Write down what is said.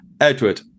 Edward